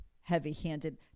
Heavy-handed